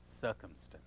circumstance